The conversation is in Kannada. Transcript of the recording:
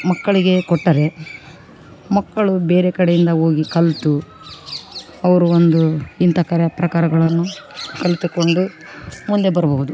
ಮಕ್ಕಳಿಗೆ ಕೊಟ್ಟರೆ ಮಕ್ಕಳು ಬೇರೆ ಕಡೆಯಿಂದ ಹೋಗಿ ಕಲಿತು ಅವರು ಒಂದು ಇಂಥ ಕರೆ ಪ್ರಕಾರಗಳನ್ನು ಕಲಿತುಕೊಂಡು ಮುಂದೆ ಬರಬಹುದು